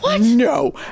no